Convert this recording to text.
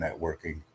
networking